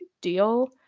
deal